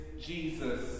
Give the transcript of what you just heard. Jesus